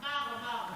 אמר, אמר.